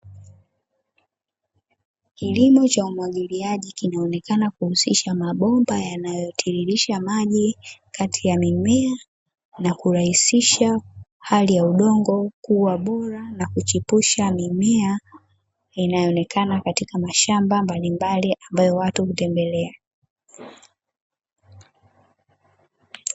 Kilimo cha umwagiliaji kinaonekana kuhusisha mabomba yanayotiririsha maji kati ya mimea, na kurahisisha hali ya udongo kuwa bora na kuchipusha mimea inayoonekana katika mashamba mbalimbali ambayo watu hutembelea.